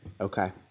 Okay